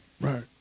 Right